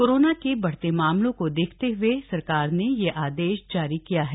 corona के बढ़ते मामलों को देखते हुए सरकार ने यह आदेश जारी किया है